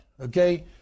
okay